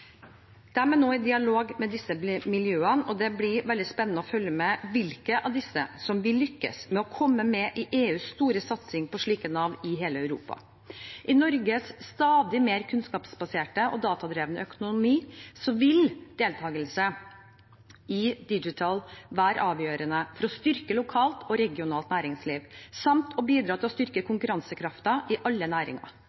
er nå i dialog med disse miljøene, og det blir veldig spennende å følge med på hvilke av disse som vil lykkes med å komme med i EUs store satsing på slike nav i hele Europa. I Norges stadig mer kunnskapsbaserte og datadrevne økonomi vil deltakelse i DIGITAL være avgjørende for å styrke lokalt og regionalt næringsliv samt å bidra til å styrke